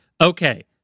okay